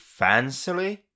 fancily